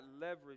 leverage